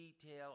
detail